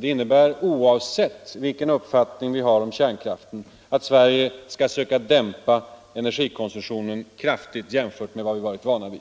Det innebär — oavsett vilken uppfattning vi har om kärnkraften — att Sverige skall söka dämpa energikonsumtionen kraftigt jämfört med vad vi varit vana vid.